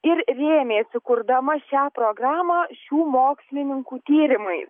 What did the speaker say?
ir rėmėsi kurdama šią programą šių mokslininkų tyrimais